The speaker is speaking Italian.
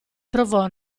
provò